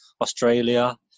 Australia